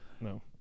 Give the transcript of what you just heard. No